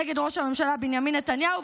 נגד ראש הממשלה בנימין נתניהו,